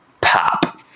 pop